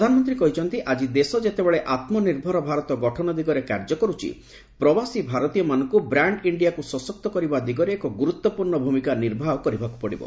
ପ୍ରଧାନମନ୍ତ୍ରୀ କହିଛନ୍ତି ଆଜି ଦେଶ ଯେତେବେଳେ ଆତ୍ମନିର୍ଭର ଭାରତ ଗଠନ ଦିଗରେ କାର୍ଯ୍ୟ କରୁଛି ପ୍ରବାସୀ ଭାରତୀୟମାନଙ୍କ ବ୍ରାଣ୍ଡ ଇଞ୍ଜିଆକୁ ସଶକ୍ତ କରିବା ଦିଗରେ ଏକ ଗୁରୁତ୍ୱପୂର୍ଣ୍ଣ ଭୂମିକା ନିର୍ବାହ କରିବାକୁ ପଡ଼ିବ